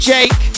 Jake